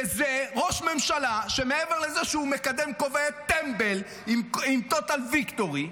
וזה ראש ממשלה שמעבר לזה שהוא מקדם כובעי טמבל עם total victory,